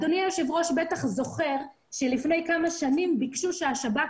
אדוני היושב-ראש בטח זוכר שלפני כמה שנים ביקשו שהשב"כ